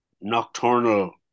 nocturnal